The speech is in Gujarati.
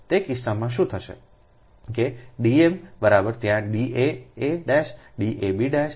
તે કિસ્સામાં શું થશે કે D m ત્યાં D aa D ab